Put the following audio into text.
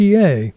PA